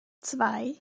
zwei